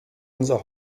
unser